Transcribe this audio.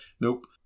Nope